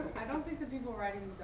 i don't think the people writing